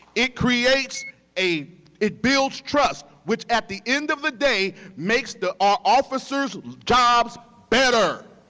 it creates a it builds trust, which at the end of the day makes the ah officers' jobs better.